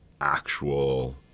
actual